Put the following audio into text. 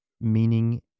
meaning